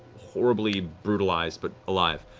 horribly brutalized, but alive.